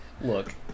Look